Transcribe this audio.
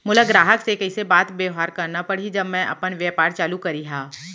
मोला ग्राहक से कइसे बात बेवहार करना पड़ही जब मैं अपन व्यापार चालू करिहा?